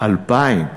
חברי היקר,